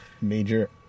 major